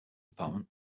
department